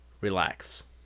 relax